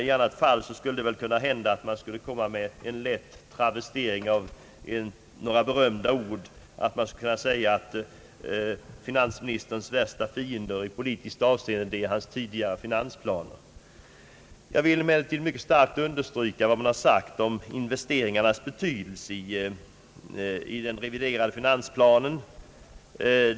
Man skulle kanske ändå kunna göra en travestering av några berömda ord och säga att finansministerns värsta fiender i politiskt avseende är hans tidigare finansplaner. Jag vill emellertid mycket kraftigt understryka vad man har sagt om investeringarnas betydelse i den reviderade finansplanen.